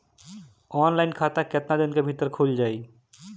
Online खाता केतना दिन के भीतर ख़ुल जाई?